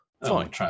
Fine